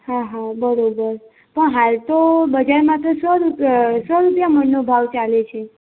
હા હા બરાબર પણ હાલ તો બજારમાંતો સો રુપ સો રૂપિયા મણનો ભાવ ચાલે છે